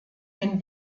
den